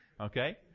okay